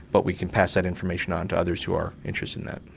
but we can pass that information on to others who are interested in that.